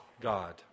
God